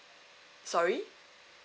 sorry